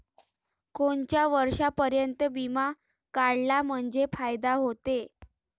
कोनच्या वर्षापर्यंत बिमा काढला म्हंजे फायदा व्हते?